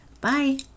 bye